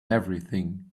everything